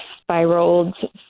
spiraled